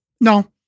no